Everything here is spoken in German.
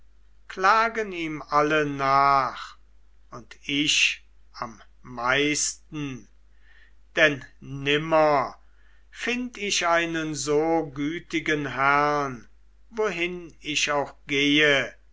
klagen ihm alle nach und ich am meisten denn nimmer find ich einen so gütigen herrn wohin ich auch gehe